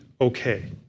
okay